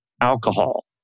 alcohol